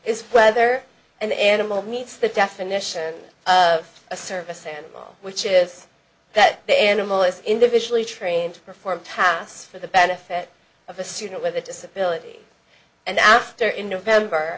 is whether an animal meets the definition of a service animal which is that the animal is individually trained to perform tasks for the benefit of a student with a disability and after in november